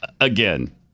again